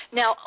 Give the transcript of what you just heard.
now